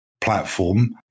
platform